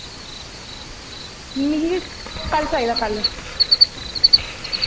आई सकदा कल्ल